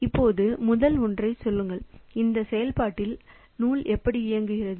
இப்போது முதல் ஒன்றைச் சொல்லுங்கள் இந்த செயல்பாட்டில் நூல் இப்படி இயங்குகிறது